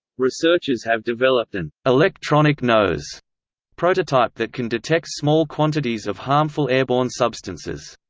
researchers have developed an electronic nose prototype that can detect small quantities of harmful airborne substances.